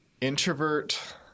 introvert